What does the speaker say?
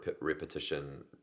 repetition